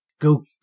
go